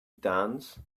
dance